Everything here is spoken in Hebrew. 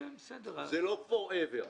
זה לא forever.